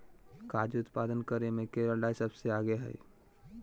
काजू उत्पादन करे मे केरल राज्य सबसे आगे हय